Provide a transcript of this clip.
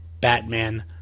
Batman